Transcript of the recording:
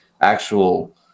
actual